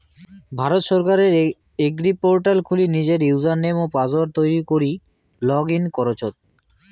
ভারত সরকারের এগ্রিপোর্টাল খুলি নিজের ইউজারনেম ও পাসওয়ার্ড তৈরী করি লগ ইন করচত